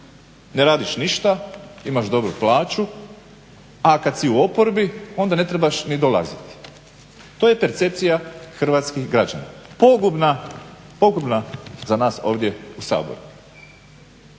ne radiš ništa, imaš dobru plaću, a kad si u oporbi onda ne trebaš ni dolaziti. To je percepcija hrvatskih građana pogubna za nas ovdje u Saboru.